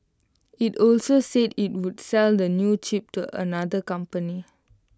IT also said IT would sell the new chip to other companies